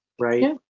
Right